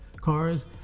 cars